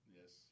Yes